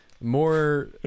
More